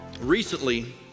Recently